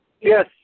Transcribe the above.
Yes